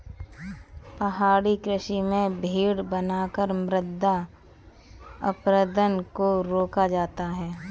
पहाड़ी कृषि में मेड़ बनाकर मृदा अपरदन को रोका जाता है